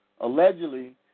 allegedly